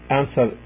answer